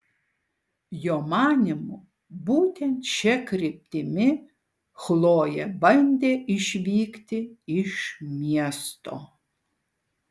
jo manymu būtent šia kryptimi chlojė bandė išvykti iš miesto